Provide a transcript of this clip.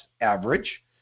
average